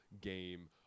game